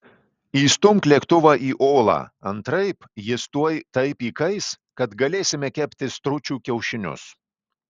įstumk lėktuvą į olą antraip jis tuoj taip įkais kad galėsime kepti stručių kiaušinius